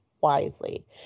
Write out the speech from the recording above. wisely